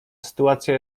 sytuacja